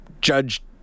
Judge